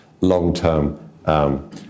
long-term